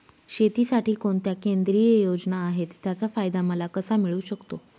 शेतीसाठी कोणत्या केंद्रिय योजना आहेत, त्याचा फायदा मला कसा मिळू शकतो?